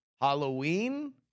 Halloween